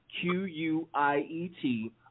Q-U-I-E-T